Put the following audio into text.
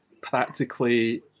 practically